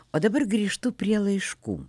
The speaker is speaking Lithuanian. o dabar grįžtu prie laiškų